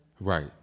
Right